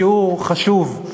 שיעור חשוב,